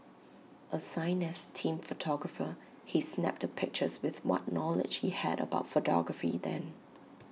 assigned as team photographer he snapped the pictures with what knowledge he had about photography then